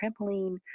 trampoline